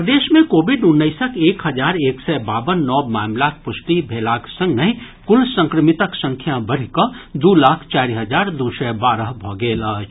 प्रदेश मे कोविड उन्नैसक एक हजार एक सय बावन नव मामिलाक पुष्टि भेलाक संगहि कुल संक्रमितक संख्या बढ़िकऽ दू लाख चारि हजार दू सय बारह भऽ गेल अछि